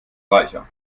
reicher